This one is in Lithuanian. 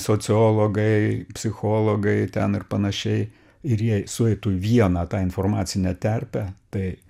sociologai psichologai ten ir panašiai ir jie sueitų vieną tą informacinę terpę tai